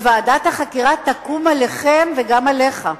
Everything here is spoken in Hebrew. וועדת החקירה תקום עליכם וגם עליך,